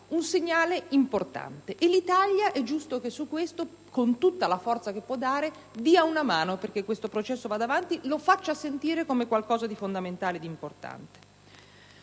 un segnale importante, ed è giusto che l'Italia su questo, con tutta la forza che può imprimere, dia una mano affinché detto processo vada avanti, lo faccia sentire come qualcosa di fondamentale e importante.